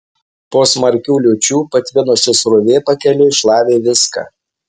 po smarkių liūčių patvinusi srovė pakeliui šlavė viską